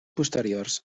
posteriors